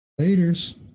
Laters